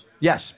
Yes